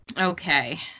Okay